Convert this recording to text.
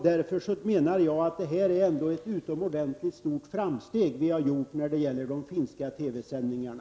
Därför menar jag att vi ändå har gjort ett utomordentligt stort framsteg när det gäller de finska TV-sändningarna.